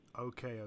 Okay